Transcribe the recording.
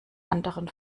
anderen